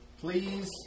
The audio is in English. please